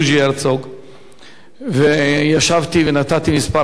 ונתתי כמה עצות איך אני חושב שהדברים יכולים להיות,